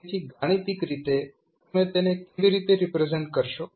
તેથી ગાણિતિક રીતે તમે તેને કેવી રીતે રિપ્રેઝેન્ટ કરશો